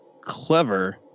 clever